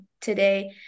today